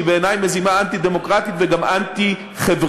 שהיא בעיני מזימה אנטי-דמוקרטית וגם אנטי-חברתית.